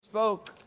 spoke